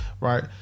Right